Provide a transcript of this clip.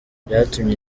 byatumye